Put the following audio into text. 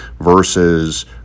versus